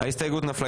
ההסתייגות נפלה.